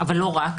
אך לא רק.